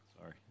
sorry